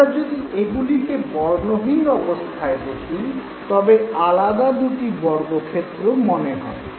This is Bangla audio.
আমরা যদি এগুলিকে বর্ণহীন অবস্থায় দেখি তবে আলাদা দুটি বর্গক্ষেত্র বলে মনে হবে